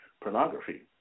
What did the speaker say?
pornography